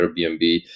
Airbnb